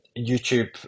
YouTube